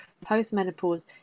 post-menopause